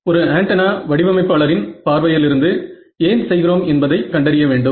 ஒரு ஆண்டனா வடிவமைப்பாளரின் பார்வையிலிருந்து ஏன் செய்கிறோம் என்பதை கண்டறிய வேண்டும்